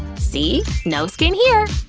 see? no skin here!